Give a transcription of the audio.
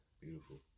Beautiful